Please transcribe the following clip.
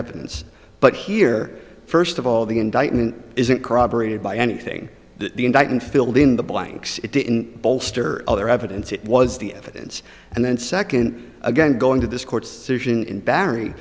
evidence but here first of all the indictment isn't corroborated by anything the indictment filled in the blanks it didn't bolster other evidence it was the evidence and then second again going to this court's decision in barry